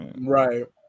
right